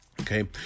Okay